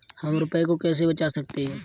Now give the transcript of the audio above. हम रुपये को कैसे बचा सकते हैं?